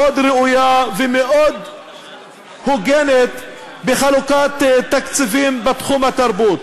מאוד ראויה ומאוד הוגנת בחלוקת תקציבים בתחום התרבות.